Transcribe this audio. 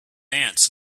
ants